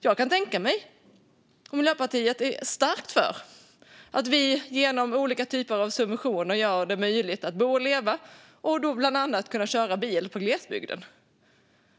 Jag kan tänka mig - och Miljöpartiet är starkt för detta - att genom olika typer av subventioner göra det möjligt att bo och leva, och bland annat köra bil, i glesbygden.